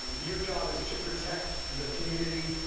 and your job is to protect the community.